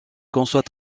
conçoit